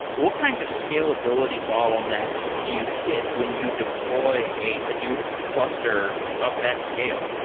what kinds of scalability bottlenecks do you hit when you deploy a hadoop cluster of that scale?